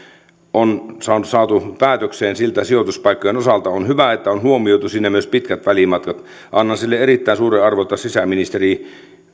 on saatu päätökseen sijoituspaikkojen osalta on hyvä että siinä on huomioitu myös pitkät välimatkat annan sille erittäin suuren arvon että sisäministeri